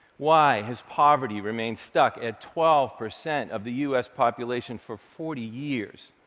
why has poverty remained stuck at twelve percent of the u s. population for forty years?